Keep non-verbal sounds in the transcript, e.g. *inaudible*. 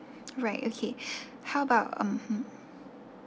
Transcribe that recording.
right okay *breath* how about mmhmm